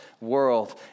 world